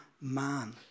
man